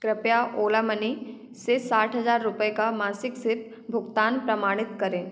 कृपया ओला मनी से साठ हज़ार रुपये का मासिक सिप भुगतान प्रमाणित करें